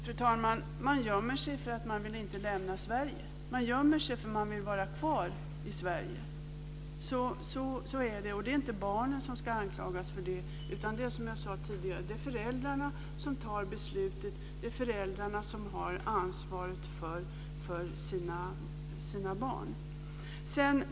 Fru talman! Man gömmer sig för att man inte vill lämna Sverige. Man gömmer sig för att man vill vara kvar i Sverige. Så är det. Det är inte barnen som ska anklagas för det, utan det är, som jag sade tidigare, föräldrarna som tar beslutet och som har ansvaret för sina barn.